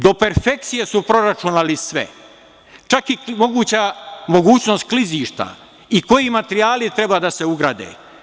Do perfekcije su proračunali sve, čak i mogućnost klizišta i koji materijali treba da se ugrade.